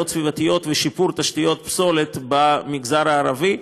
סביבתיות ושיפור תשתיות פסולת במגזר הערבי.